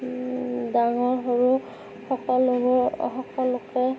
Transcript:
ডাঙৰ সৰু সকলোবোৰ সকলোকে